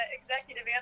executive